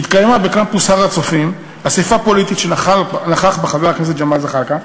התקיימה בקמפוס הר-הצופים אספה פוליטית שנכח בה חבר הכנסת ג'מאל זחאלקה.